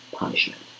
punishment